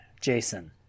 Jason